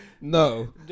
no